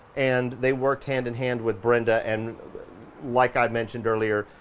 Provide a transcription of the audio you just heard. and they worked hand-in-hand with brenda and like i mentioned earlier,